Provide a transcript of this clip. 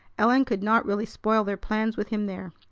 ellen could not really spoil their plans with him there.